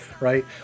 right